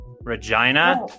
Regina